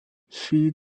she